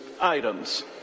items